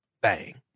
Bang